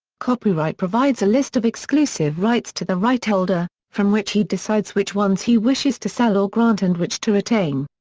copyright provides a list of exclusive rights to the rightholder, from which he decides which ones he wishes to sell or grant and which to retain.